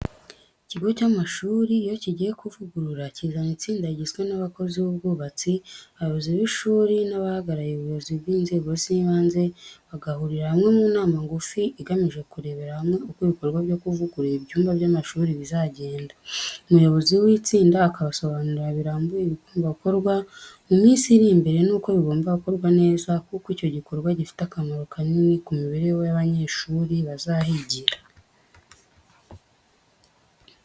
Ikigo cy’amashuri iyo kigiye kuvugurura, kizana itsinda rigizwe n’abakozi b’ubwubatsi, abayobozi b’ishuri n’abahagarariye ubuyobozi bw’inzego z’ibanze bagahurira hamwe mu nama ngufi igamije kurebera hamwe uko ibikorwa byo kuvugurura ibyumba by’amashuri bizagenda. Umuyobozi w’itsinda, akabasobanurira birambuye ibigomba gukorwa mu minsi iri imbere nuko bigomba gukorwa neza kuko icyo gikorwa gifite akamaro kanini ku mibereho y’abanyeshuri bazahigira.